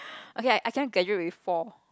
okay I I cannot graduate with four